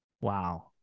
Wow